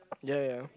yeah yeah yeah